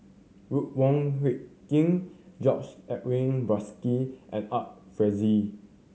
Ruth Wong Hie King George Edwin Bogaars and Art Fazil